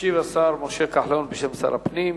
ישיב השר משה כחלון בשם שר הפנים.